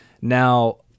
Now